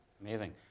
Amazing